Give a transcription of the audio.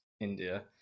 India